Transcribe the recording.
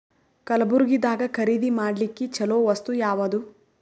ಕಲಬುರ್ಗಿದಾಗ ಖರೀದಿ ಮಾಡ್ಲಿಕ್ಕಿ ಚಲೋ ವಸ್ತು ಯಾವಾದು?